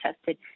tested